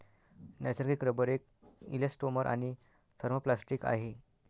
नैसर्गिक रबर एक इलॅस्टोमर आणि थर्मोप्लास्टिक आहे